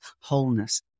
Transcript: wholeness